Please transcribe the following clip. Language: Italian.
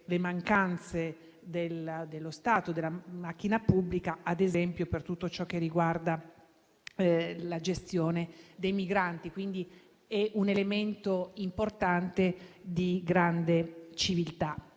le mancanze dello Stato, della macchina pubblica, ad esempio, per tutto ciò che riguarda la gestione dei migranti. È quindi un elemento importante, di grande civiltà.